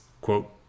quote